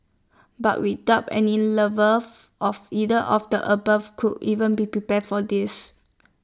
but we doubt any lover of either of the above could even be prepared for this